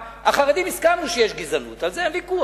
החרדים, הסכמנו שיש גזענות, על זה אין ויכוח.